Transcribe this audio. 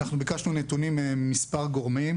אנחנו ביקשנו נתונים ממספר גורמים: